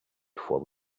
for